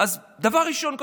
אז דבר ראשון,